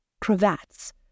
cravats